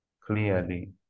clearly